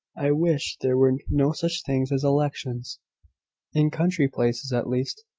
i wish there were no such things as elections in country places, at least.